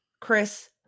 Chris